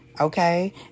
Okay